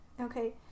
Okay